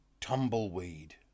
tumbleweed